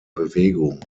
bewegung